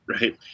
Right